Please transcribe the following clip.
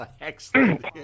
Excellent